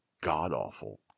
god-awful